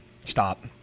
Stop